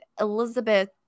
Elizabeth